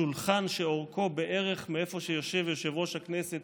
שולחן שאורכו בערך מאיפה שיושב יושב-ראש הכנסת